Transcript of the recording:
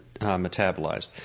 metabolized